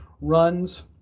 runs